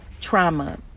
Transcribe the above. trauma